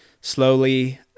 slowly